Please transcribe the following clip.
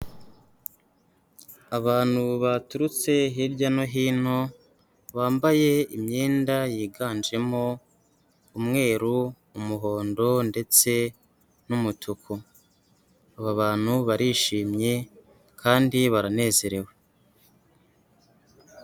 Abantu baturutse hirya no hino, bambaye imyenda yiganjemo umweru, umuhondo ndetse n'umutuku. Aba bantu barishimye kandi baranezerewe.